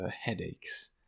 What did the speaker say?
headaches